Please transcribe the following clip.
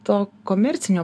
to komercinio